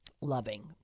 loving